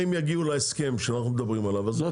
אם יגיעו להסכם שאנחנו מדברים עליו אז גם יבטלו את העניין.